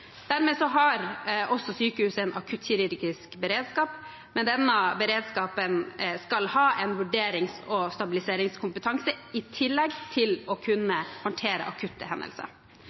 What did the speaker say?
Dermed har også sykehuset en akuttkirurgisk beredskap, men denne beredskapen skal ha en vurderings- og stabiliseringskompetanse i tillegg til å kunne håndtere akutte hendelser.